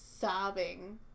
sobbing